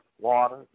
water